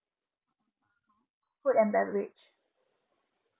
food and beverage